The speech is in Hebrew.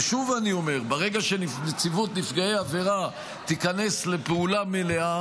ושוב אני אומר: ברגע שנציבות נפגעי עבירה תיכנס לפעולה מלאה,